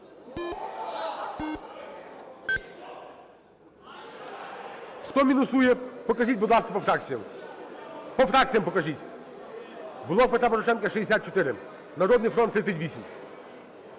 Хто мінусує, покажіть, будь ласка, по фракціях. По фракціях покажіть. "Блок Петра Порошенка" – 64, "Народний фронт" –